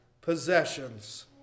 possessions